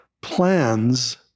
plans